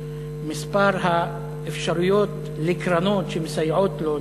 מספר האפשרויות לקרנות שמסייעות לו,